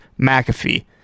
McAfee